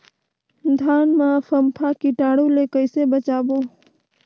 धान मां फम्फा कीटाणु ले कइसे बचाबो?